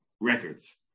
records